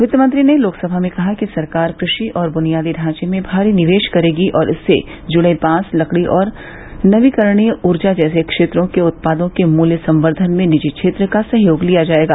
वित्तमंत्री ने लोकसभा में कहा कि सरकार कृषि और बुनियादी ढॉचे में भारी निवेश करेगी और इससे जुड़े बांस लकड़ी तथा नवीकरणीय ऊर्जा जैसे क्षेत्रों के उत्पादों के मूल्य संवर्द्धन में निजी क्षेत्र का सहयोग लिया जायेगा